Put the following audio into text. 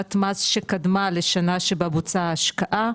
לשנת מס שקדמה לשנה שבה בוצעה ההשקעה,